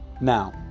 Now